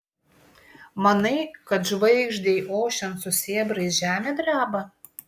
manai kad žvaigždei ošiant su sėbrais žemė dreba